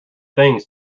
things